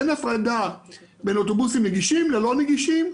אין הפרדה בין אוטובוסים נגישים ללא נגישים,